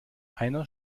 einer